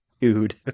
dude